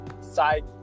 side